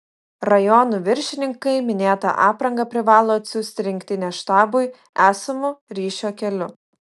rajonų viršininkai minėtą aprangą privalo atsiųsti rinktinės štabui esamu ryšio keliu